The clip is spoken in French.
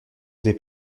des